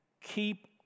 keep